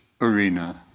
arena